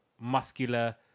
muscular